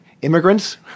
Immigrants